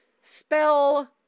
spell